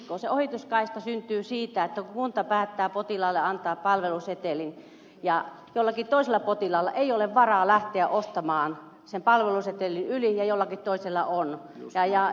ja ministeri risikko se ohituskaista syntyy siitä kun kunta päättää antaa potilaalle palvelusetelin ja jollakin potilaalla ei ole varaa lähteä ostamaan sen palvelusetelin yli ja jollakin toisella on